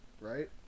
right